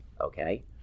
okay